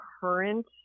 current